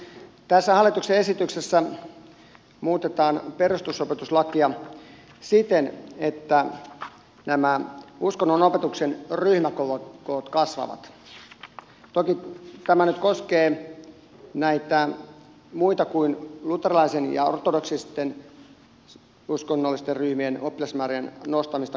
tässä hallituksen esityksessä muutetaan perusopetuslakia siten että uskonnonopetuksen ryhmäkoot kasvavat toki tämä nyt koskee näiden muiden kuin luterilaisen ja ortodoksisen uskonnon ryhmien oppilasmäärien nostamista kolmesta kymmeneen